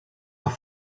haar